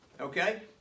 okay